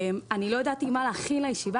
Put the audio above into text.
אני לא ידעתי מה להכין לישיבה.